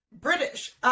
British